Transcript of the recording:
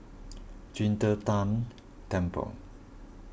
Qing De Tang Temple